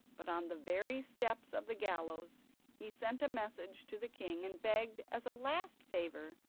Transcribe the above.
but on the very steps of the gallows he sent a message to the king and begged, as a last favour,